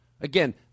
Again –